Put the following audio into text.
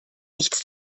nichts